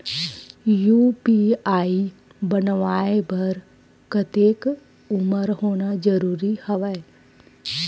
UPI बनवाय बर कतेक उमर होना जरूरी हवय?